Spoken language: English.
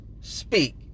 speak